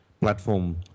platform